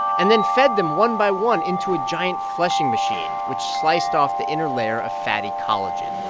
and then fed them one by one into a giant flushing machine which sliced off the inner layer of fatty collagen